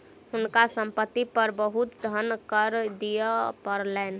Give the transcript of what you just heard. हुनका संपत्ति पर बहुत धन कर दिअ पड़लैन